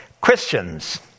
Christians